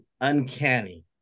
uncanny